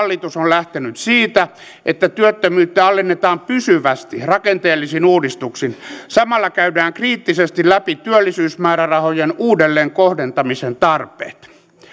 hallitus on lähtenyt siitä että työttömyyttä alennetaan pysyvästi rakenteellisin uudistuksin samalla käydään kriittisesti läpi työllisyysmäärärahojen uudelleenkohdentamisen tarpeet